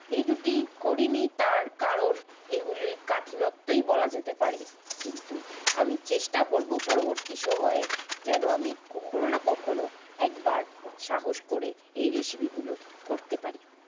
এই দুটি করিনি তার কারণ এগুলির কাঠিনত্যই বলা যেতে পারে কিন্তু আমি চেষ্টা করবো পরবর্তী সময়ে যেন আমি কখনও না কখনও একবার সাহস করে এই রেসিপিগুলো করতে পারি